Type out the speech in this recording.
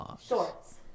shorts